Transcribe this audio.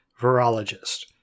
virologist